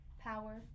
power